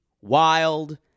wild